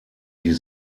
die